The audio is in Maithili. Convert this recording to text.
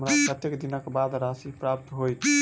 हमरा कत्तेक दिनक बाद राशि प्राप्त होइत?